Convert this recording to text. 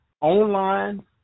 online